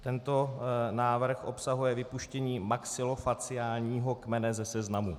Tento návrh obsahuje vypuštění maxilofaciálního kmene ze seznamu.